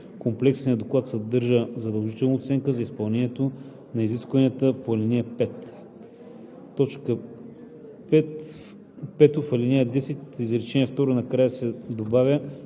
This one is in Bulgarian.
Комплексният доклад съдържа задължително оценка за изпълнението на изискванията на ал. 5.“ 5. В ал. 10, изречение второ накрая се добавя